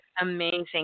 amazing